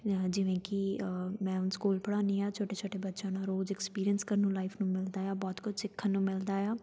ਅ ਜਿਵੇਂ ਕਿ ਮੈਂ ਹੁਣ ਸਕੂਲ ਪੜ੍ਹਾਉਂਦੀ ਹਾਂ ਛੋਟੇ ਛੋਟੇ ਬੱਚਿਆਂ ਨਾਲ ਰੋਜ਼ ਐਕਸਪੀਰੀਅੰਸ ਕਰਨ ਨੂੰ ਲਾਈਫ ਨੂੰ ਮਿਲਦਾ ਆ ਬਹੁਤ ਕੁਝ ਸਿੱਖਣ ਨੂੰ ਮਿਲਦਾ ਆ